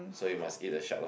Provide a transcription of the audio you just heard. so you must eat the shark lah